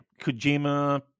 Kojima